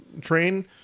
train